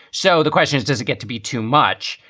so the question is, does it get to be too much?